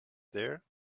there